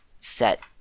set